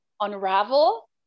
unravel